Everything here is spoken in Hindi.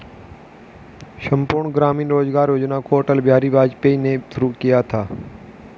संपूर्ण ग्रामीण रोजगार योजना को अटल बिहारी वाजपेयी ने शुरू किया था